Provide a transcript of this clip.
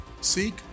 seek